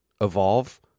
evolve